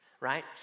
right